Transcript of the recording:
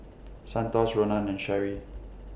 Santos Ronan and Sherri